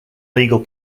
legal